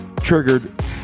triggered